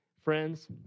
Friends